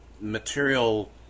material